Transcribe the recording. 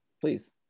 please